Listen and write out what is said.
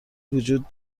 وجود